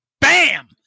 bam